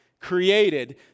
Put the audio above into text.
created